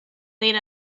lead